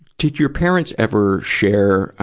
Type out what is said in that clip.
did your parents ever share, ah,